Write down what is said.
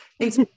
Thanks